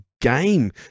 game